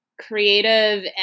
creative